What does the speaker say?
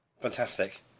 Fantastic